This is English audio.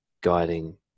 guiding